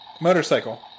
Motorcycle